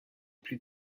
plus